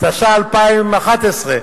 התשע"א 2011,